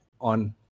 on